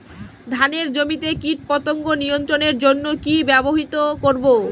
ধানের জমিতে কীটপতঙ্গ নিয়ন্ত্রণের জন্য কি ব্যবহৃত করব?